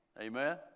Amen